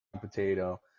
potato